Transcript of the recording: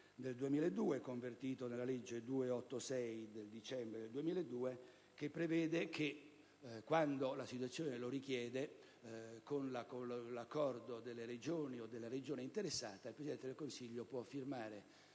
n. 245, convertito nella legge del 27 dicembre 2002, n. 286, ove si prevede che, quando la situazione lo richieda, con l'accordo delle Regioni o della Regione interessata, il Presidente del Consiglio può firmare